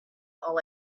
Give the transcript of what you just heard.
all